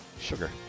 sugar